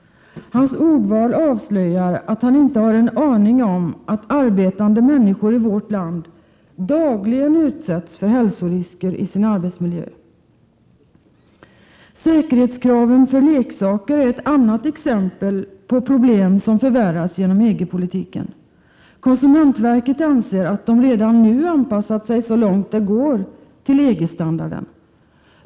Hans ordval avslöjar att han inte har en aning om att arbetande människor i vårt land dagligen utsätts för hälsorisker i sin arbetsmiljö. Säkerhetskraven för leksaker är ett annat exempel på problem som förvärras genom EG-politiken. Konsumentverket anser att man redan nu anpassat sig så långt det går till EG-standarden.